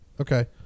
Okay